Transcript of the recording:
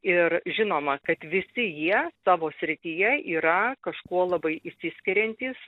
ir žinoma kad visi jie savo srityje yra kažkuo labai išsiskiriantys